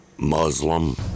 Muslim